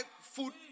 food